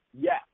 yes